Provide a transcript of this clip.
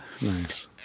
Nice